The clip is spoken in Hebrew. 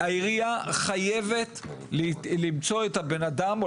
העירייה חייבת למצוא את הבן אדם או